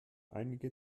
einige